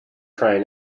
train